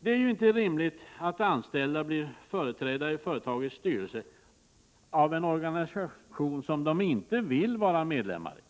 Det är ju inte rimligt att anställda blir företrädda i företagens styrelse av en organisation som de inte vill vara medlemmar i.